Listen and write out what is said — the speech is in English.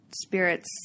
spirits